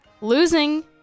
losing